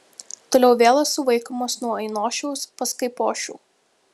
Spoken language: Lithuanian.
toliau vėl esu vaikomas nuo ainošiaus pas kaipošių